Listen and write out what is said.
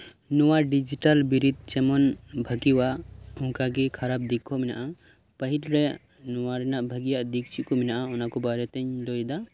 ᱱᱚᱶᱟ ᱰᱤᱡᱤᱴᱮᱞ ᱵᱨᱡᱽ ᱡᱮᱢᱚᱱ ᱵᱷᱟᱜᱮᱭᱟ ᱚᱝᱠᱟᱜᱮ ᱠᱷᱟᱨᱟᱯ ᱫᱤᱠ ᱦᱚᱸ ᱢᱮᱱᱟᱜᱼᱟ ᱯᱟᱦᱤᱞ ᱨᱮ ᱱᱚᱶᱟ ᱨᱮᱭᱟᱜ ᱵᱷᱟᱜᱮᱭᱟᱜ ᱫᱤᱠ ᱪᱮᱫ ᱠᱚ ᱢᱮᱱᱟᱜᱼᱟ ᱚᱱᱟ ᱠᱚ ᱵᱟᱨᱮᱛᱮᱧ ᱞᱟᱹᱭ ᱮᱫᱟ